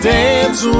dance